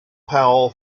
powell